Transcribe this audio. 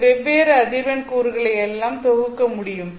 இந்த வெவ்வேறு அதிர்வெண் கூறுகளை எல்லாம் தொகுக்க முடியும்